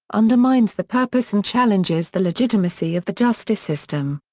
undermines the purpose and challenges the legitimacy of the justice system.